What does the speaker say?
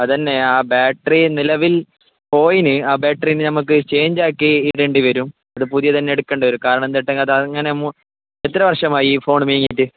അതുതന്നെ ആ ബാറ്ററി നിലവിൽ പോയിന് ആ ബാറ്ററീന് നമുക്ക് ചേഞ്ച് ആക്കി ഇടേണ്ടി വരും ഈട പുതിയത് തന്നെ എടുക്കേണ്ടി വരും കാരണം എന്താണ് തട്ടാ അതങ്ങനെ മൊ എത്ര വർഷമായി ഈ ഫോൺ വാങ്ങിയിട്ട്